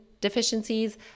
deficiencies